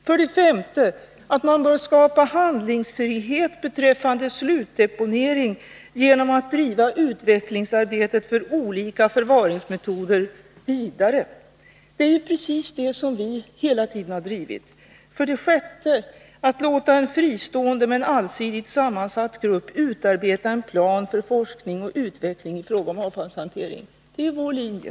För det femte bör man skapa handlingsfrihet beträffande slutdeponering genom att driva utvecklingsarbetet för olika förvaringsmetoder vidare. Det Nr 90 är ju precis de krav som vi hela tiden har drivit. Fredagen den För det sjätte bör man låta en fristående men allsidigt sammansatt grupp 4 mars 1983 utarbeta en plan för forskning och utveckling i fråga om avfallshantering. Det är ju vår linje.